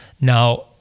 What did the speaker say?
Now